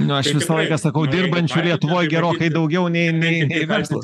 na aš visą laiką sakau dirbančių lietuvoj gerokai daugiau nei nei nei verslas